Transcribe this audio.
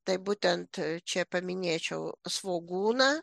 tai būtent čia paminėčiau svogūną